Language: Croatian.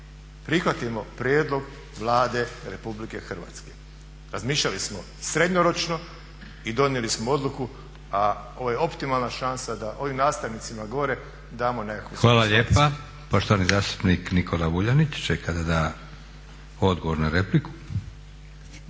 prihvatimo prijedlog Vlade Republike Hrvatske. Razmišljali smo srednjoročno i donijeli smo odluke, a ovo je optimalna šansa da ovim nastavnicima gore damo nekakvu satisfakciju. **Leko, Josip (SDP)** Hvala lijepa. Poštovani zastupnik Nikola Vuljanić čeka da da odgovor na repliku.